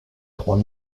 trois